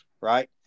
right